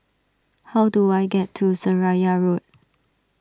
how do I get to Seraya Road